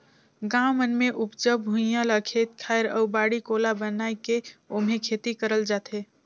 गाँव मन मे उपजऊ भुइयां ल खेत खायर अउ बाड़ी कोला बनाये के ओम्हे खेती करल जाथे